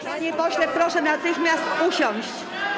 Panie pośle, proszę natychmiast usiąść.